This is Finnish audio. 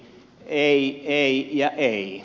ei ei ja ei